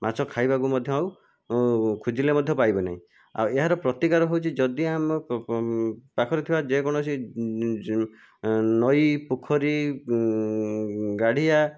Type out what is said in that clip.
ମାଛ ଖାଇବାକୁ ମଧ୍ୟ ଆଉ ଖୋଜିଲେ ମଧ୍ୟ ଆଉ ପାଇବେ ନାହିଁ ଆଉ ଏହାର ପ୍ରତିକାର ହେଉଛି ଯଦି ଆମେ ପାଖରେ ଥିବା ଯେକୌଣସି ନଈ ପୋଖରୀ ଗାଡ଼ିଆ